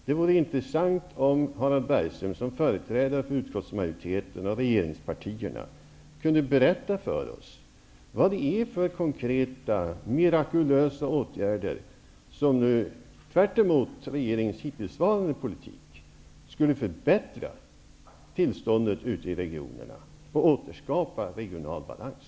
Det vore intressant om Harald Bergström som företrädare för utskottsmajoriteten och regeringspartierna kunde berätta för oss vad det är för konkreta, mirakulösa åtgärder som nu, tvärtemot regeringens hittillsvarande politik, skulle förbättra tillståndet ute i regionerna och återskapa regional balans.